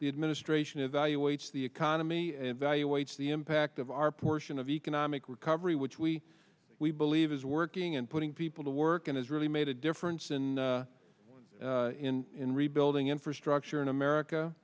the administration evaluates the economy value weights the impact of our portion of economic recovery which we believe is working and putting people to work and has really made a difference in in rebuilding infrastructure in america